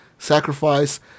sacrifice